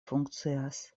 funkcias